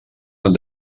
van